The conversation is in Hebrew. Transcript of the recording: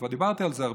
כבר דיברתי על זה הרבה.